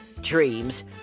dreams